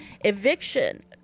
eviction